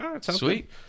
sweet